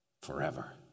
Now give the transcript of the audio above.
forever